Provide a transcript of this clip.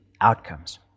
outcomes